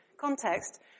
context